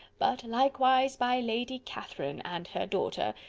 but likewise by lady catherine and her daughter,